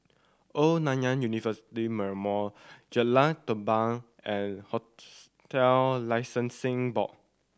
Old Nanyang University Memorial Jalan Tambur and Licensing Board